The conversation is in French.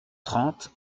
trente